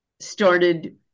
started